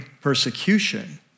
persecution